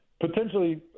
potentially